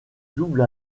double